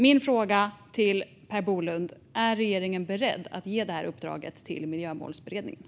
Min fråga till Per Bolund är: Är regeringen beredd att ge detta uppdrag till Miljömålsberedningen?